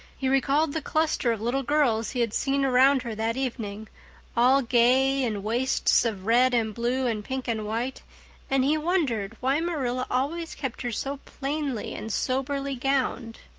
he recalled the cluster of little girls he had seen around her that evening all gay in waists of red and blue and pink and white and he wondered why marilla always kept her so plainly and soberly gowned.